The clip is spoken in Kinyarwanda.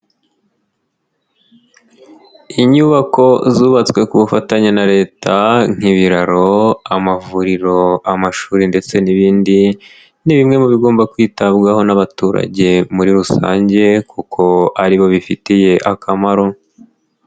Inyubako zubatswe ku bufatanye na Leta nk'ibiraro, amavuriro, amashuri ndetse n'ibindi ni bimwe mu bigomba kwitabwaho n'abaturage muri rusange kuko ari bo bifitiye akamaro.